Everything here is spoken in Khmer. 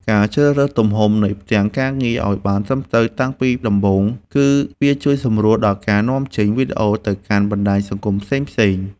ការជ្រើសរើសទំហំនៃផ្ទាំងការងារឱ្យបានត្រឹមត្រូវតាំងពីដំបូង គឺ វាជួយសម្រួលដល់ការនាំចេញវីដេអូទៅកាន់បណ្តាញសង្គមផ្សេងៗ។